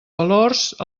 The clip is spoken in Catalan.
valors